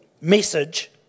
message